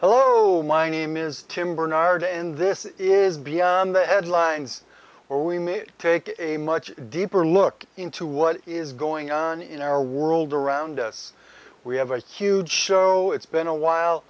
hello my name is tim barnard a in this is beyond the headlines or we may take a much deeper look into what is going on in our world around us we have a huge show it's been a while